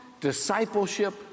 Discipleship